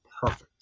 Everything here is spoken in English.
perfect